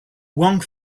wang